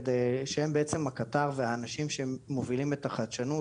זאת על מנת שהם יהיו הקטר והאנשים שמובילים את החדשות,